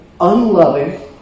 unloving